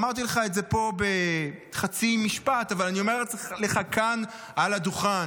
אמרתי לך את זה פה בחצי משפט אבל אני אומר לך כאן על הדוכן: